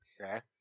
Okay